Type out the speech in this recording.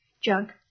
junk